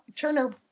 Turner